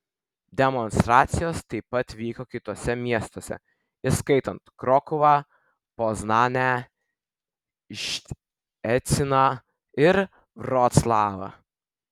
demonstracijos taip pat vyko kituose miestuose įskaitant krokuvą poznanę ščeciną ir vroclavą